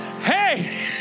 Hey